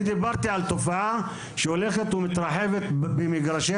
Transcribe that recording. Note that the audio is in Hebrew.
אני מדבר על תופעה שהולכת ומתרחבת במגרשי